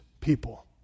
people